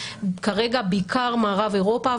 כרגע בעיקר מערב אירופה,